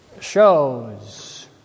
shows